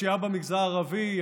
הפשיעה במגזר הערבי,